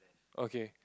okay